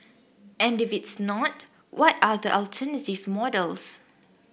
and if it's not what are the alternative models